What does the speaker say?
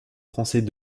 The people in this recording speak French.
français